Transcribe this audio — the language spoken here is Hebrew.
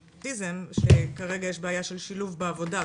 האוטיזם שכרגע יש בעיה של שילוב בעבודה,